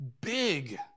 big